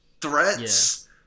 threats